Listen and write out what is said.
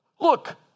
look